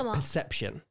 perception